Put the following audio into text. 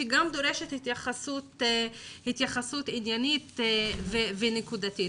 שגם דורשת התייחסות עניינית ונקודתית.